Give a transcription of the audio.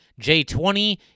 J20